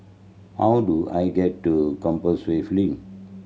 how do I get to Compassvale Link